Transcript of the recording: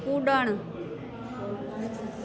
कुड॒णु